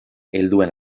helduen